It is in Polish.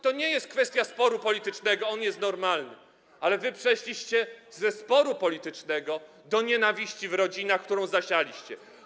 To nie jest kwestia sporu politycznego, on jest normalny, ale wy przeszliście od sporu politycznego do nienawiści w rodzinach, którą zasialiście.